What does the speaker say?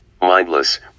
mindless